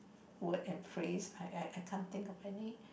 word and phrase I I can't think of any